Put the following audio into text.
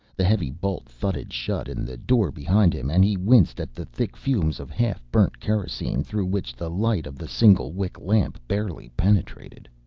the heavy bolt thudded shut in the door behind him and he winced at the thick fumes of half-burnt kerosene through which the light of the single-wick lamp barely penetrated.